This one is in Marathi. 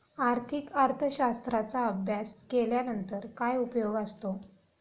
आर्थिक अर्थशास्त्राचा अभ्यास केल्यानंतर काय उपयोग असतो?